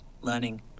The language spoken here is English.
learning